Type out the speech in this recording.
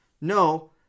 No